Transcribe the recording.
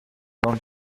dan